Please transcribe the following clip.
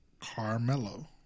Carmelo